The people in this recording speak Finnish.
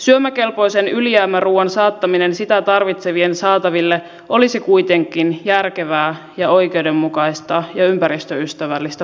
syömäkelpoisen ylijäämäruuan saattaminen sitä tarvitsevien saataville olisi kuitenkin järkevää ja oikeudenmukaista ja ympäristöystävällistä politiikkaa